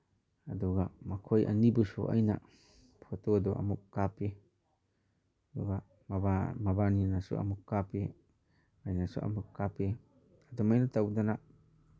ꯑꯗꯨꯒ ꯃꯈꯣꯏ ꯑꯅꯤꯕꯨꯁꯨ ꯑꯩꯅ ꯐꯣꯇꯣꯗꯣ ꯑꯃꯨꯛ ꯀꯥꯞꯄꯤ ꯑꯗꯨꯒ ꯃꯕꯥꯟꯅꯤꯅꯁꯨ ꯑꯃꯨꯛ ꯀꯥꯞꯄꯤ ꯑꯩꯅꯁꯨ ꯑꯃꯨꯛ ꯀꯥꯞꯄꯤ ꯑꯗꯨꯃꯥꯏꯅ ꯇꯧꯗꯅ